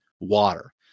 water